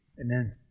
Amen